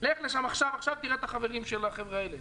לך לשם עכשיו תראה את החברים של החבר'ה האלה.